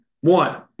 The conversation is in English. One